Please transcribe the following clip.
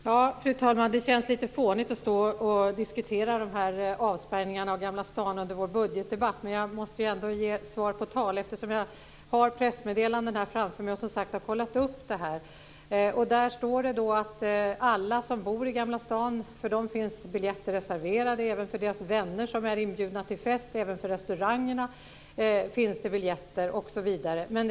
Fru talman! Det känns lite fånigt att diskutera avspärrningarna av Gamla stan under vår budgetdebatt, men jag måste ge svar på tal eftersom jag har pressmeddelandena här i min hand. Jag har som sagt kollat upp det här. Det står i dem att det finns biljetter reserverade för alla som bor i Gamla stan. Även för deras vänner som är inbjudna till fest liksom för restaurangerna osv. finns det biljetter.